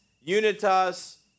unitas